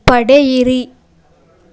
ಪಡೆಯಿರಿ